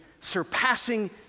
surpassing